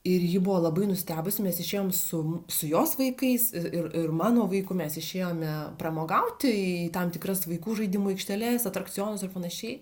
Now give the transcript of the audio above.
ir ji buvo labai nustebusi mes išėjom su su jos vaikais ir ir mano vaiku mes išėjome pramogauti į tam tikras vaikų žaidimų aikšteles atrakcionus ir panašiai